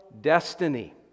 destiny